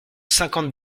cinquante